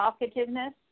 talkativeness